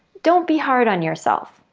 don't be hard on yourself.